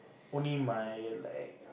only my like